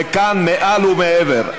וכאן מעל ומעבר.